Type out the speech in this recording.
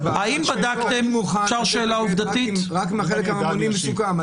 --- רק אם החלק הממוני מסוכם.